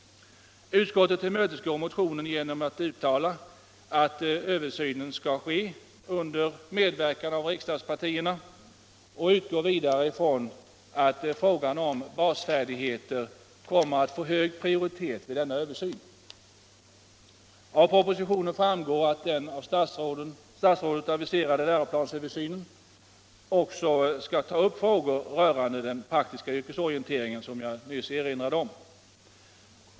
Utskottet tillmötesgår vår motion genom att uttala att översynen skall ske under medverkan av riksdagspartierna och utgår vidare ifrån att frågan om basfärdigheter kommer att få hög prioritet vid denna översyn. Av propositionen framgår att den av statsrådet aviserade läroplansöversynen också skall ta upp frågor rörande den praktiska yrkesorienteringen, som jag nyss erinrade om.